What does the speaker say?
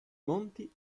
monti